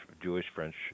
Jewish-French